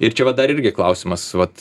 ir čia va dar irgi klausimas vat